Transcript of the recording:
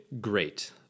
great